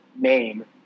name